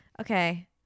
Okay